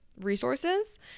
resources